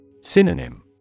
Synonym